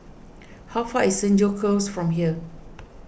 how far is Senja Close from here